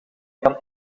kan